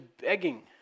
begging